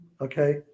Okay